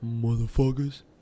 Motherfuckers